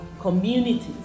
communities